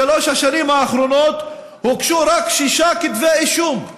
בשלוש השנים האחרונות הוגשו רק שישה כתבי אישום,